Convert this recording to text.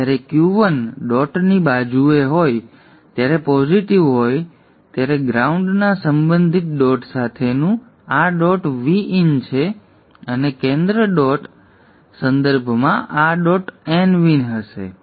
તેથી જ્યારે Q 1 ડોટની બાજુએ હોય ત્યારે પોઝિટિવ હોય ત્યારે ગ્રાઉન્ડના સંબંધિત ડોટ સાથેનું આ ડોટ Vin છે અને કેન્દ્ર ડોટ મધ્યડોટના સંદર્ભમાં આ ડોટ nVin હશે